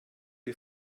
die